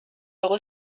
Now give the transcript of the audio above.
اقا